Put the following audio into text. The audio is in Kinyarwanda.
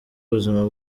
ubuzima